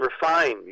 refined